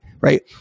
right